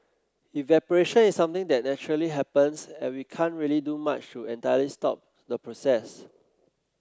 evaporation is something that naturally happens and we can't really do much to entirely stop the process